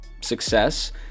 success